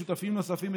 עם שותפים נוספים,